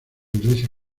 iglesia